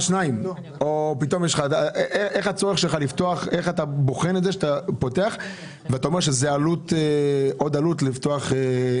אני יכול לבדוק ולהחזיר תשובה.